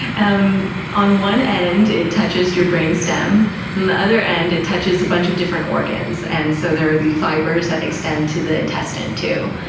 um on one end it touches your brain stem and the other end it touches a bunch of different organs, and so there are these fibers that extend to the intestine, too.